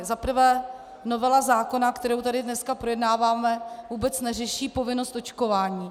Za prvé, novela zákona, kterou tady dneska projednáváme, vůbec neřeší povinnost očkování.